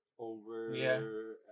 Over